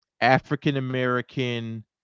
African-American